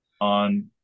on